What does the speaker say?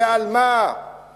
ועל מה ולמה?